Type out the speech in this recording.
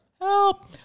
Help